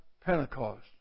Pentecost